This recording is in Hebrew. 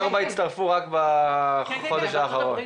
ארבע מדינות הצטרפו רק בחודש האחרון.